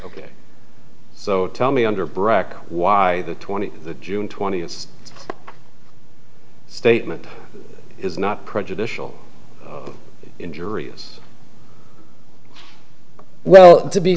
ok so tell me under brock why the twenty june twentieth statement is not prejudicial injurious well to be